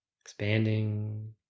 expanding